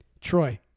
troy